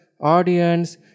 audience